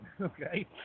okay